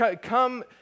Come